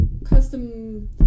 Custom